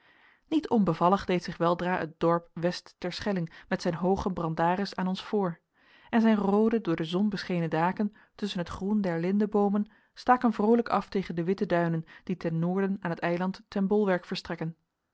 niet onbevallig deed zich weldra het dorp west terschelling met zijn hoogen brandaris aan ons voor en zijn roode door de zon beschenen daken tusschen het groen der lindeboomen staken vroolijk af tegen de witte duinen die ten noorden aan het eiland ten bolwerk verstrekken